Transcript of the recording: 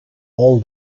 all